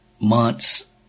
months